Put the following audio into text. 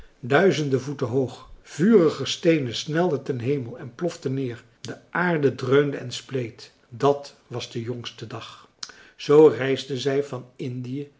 duizenden voeten hoog vurige steenen snelden ten hemel en ploften neer de aarde dreunde en spleet dat was de jongste dag zoo reisden zij van indië